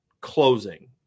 closing